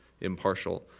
impartial